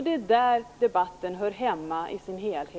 Det är där debatten som helhet hör hemma.